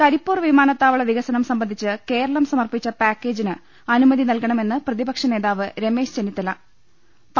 കരിപ്പൂർ വിമാനത്താവള വികസ്നം സംബന്ധിച്ച് കേരളം സമർപ്പിച്ച പാക്കേജിന് അനുമതി നൽകണമെന്ന് പ്രതിപക്ഷ നേതാവ് രമേശ് ചെന്നിത്തലു